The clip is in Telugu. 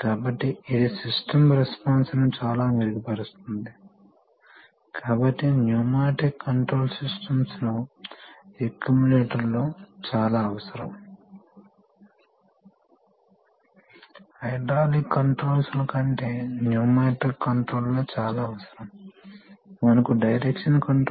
కాబట్టి స్పూల్ స్ట్రోక్కు అనులోమానుపాతంలో ప్రవాహాన్ని లేదా ప్రెషర్ ని సృష్టించడం ప్రాథమిక ఆలోచన కాబట్టి ప్రాథమికంగా ఇది ఒక డైరెక్షనల్ వాల్వ్ లాంటిది డైరెక్షనల్ వాల్వ్ లలో మాత్రమే మీరు సోలినోయిడ్ యొక్క ఒక వైపు ఆన్ చేసినప్పుడు అది చివర వచ్చి అంటుకుంటుంది మీరు సోలినాయిడ్ యొక్క మరొక వైపు శక్తినిచ్చేటప్పుడు అది వచ్చి మరొక చివర అంటుకుంటుంది